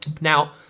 now